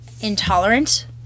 intolerant